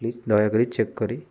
please ଦୟାକରି check କରି